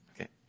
Okay